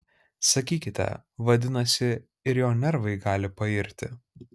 sakykite vadinasi ir jo nervai gali pairti